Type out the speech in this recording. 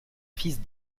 fils